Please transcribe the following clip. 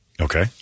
okay